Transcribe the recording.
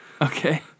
Okay